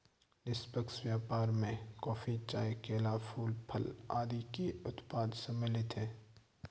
निष्पक्ष व्यापार में कॉफी, चाय, केला, फूल, फल आदि के उत्पाद सम्मिलित हैं